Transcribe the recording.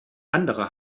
andere